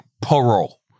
parole